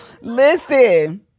Listen